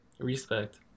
respect